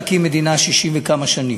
אי-אפשר להקים מדינה 60 וכמה שנים.